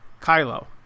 Kylo